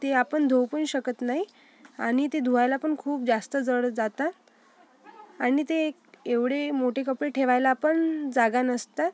ते आपन धुऊ पण शकत नाही आणि ते धुवायलापण खूप जास्त जड जातात आणि ते एक एवढे मोठे कपडे ठेवायला पण जागा नसतात